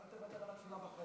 אל תוותר על התפילה.